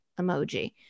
emoji